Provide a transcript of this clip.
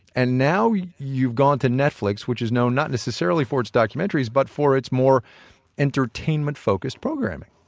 and now you've gone to netflix, which is known not necessarily for its documentaries, but for its more entertainment-focused programming,